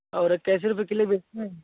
और कैसे रुपये किलो बेचते हैं